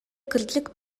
кырдьык